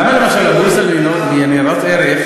למה, למשל, הבורסה לניירות ערך,